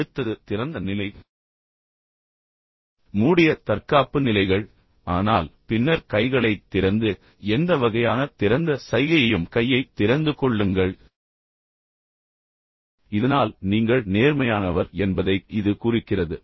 அடுத்தது திறந்த நிலை எனவே மூடிய தற்காப்பு நிலைகள் ஆனால் பின்னர் கைகளைத் திறந்து எந்த வகையான திறந்த சைகையையும் கையை திறந்து கொள்ளுங்கள் இதனால் நீங்கள் நேர்மையானவர் என்பதைக் இது குறிக்கிறது